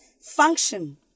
function